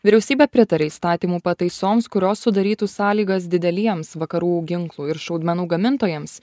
vyriausybė pritarė įstatymų pataisoms kurios sudarytų sąlygas dideliems vakarų ginklų ir šaudmenų gamintojams